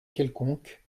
quelconque